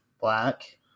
black